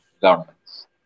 governments